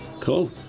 Cool